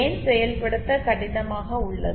ஏன் செயல்படுத்த கடினமாக உள்ளது